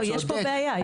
לא, יש פה בעיה.